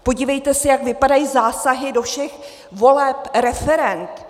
Podívejte se, jak vypadají zásahy do všech voleb a referend.